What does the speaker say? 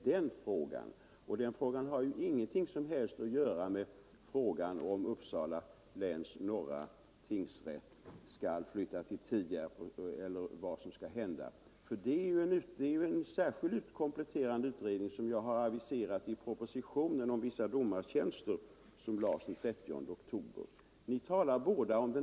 Men den frågan har ingenting som helst att göra med frågan om Uppsala läns norra tingsrätt skall flyttas till Tierp. Det är en särskild utredning, som jag har aviserat i propositionen om vissa domartjänster som lades fram den 30 oktober, som skall behandla det spörsmålet.